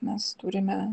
mes turime